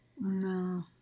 no